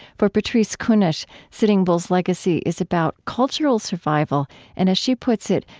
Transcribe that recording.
for patrice kunesh, sitting bull's legacy is about cultural survival and, as she puts it,